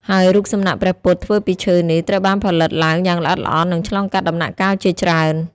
ហើយរូបសំណាកព្រះពុទ្ធធ្វើពីឈើនេះ ត្រូវបានផលិតឡើងយ៉ាងល្អិតល្អន់ និងឆ្លងកាត់ដំណាក់កាលជាច្រើន។